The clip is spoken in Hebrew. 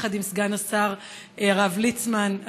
יחד עם סגן השר הרב ליצמן,